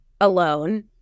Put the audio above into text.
alone